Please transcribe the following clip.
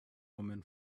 woman